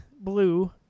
blue